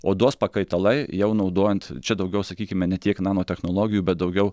odos pakaitalai jau naudojant čia daugiau sakykime ne tiek nanotechnologijų bet daugiau